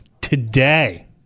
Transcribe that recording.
today